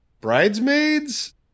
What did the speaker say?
bridesmaids